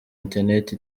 interineti